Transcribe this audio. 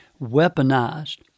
weaponized